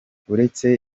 uretse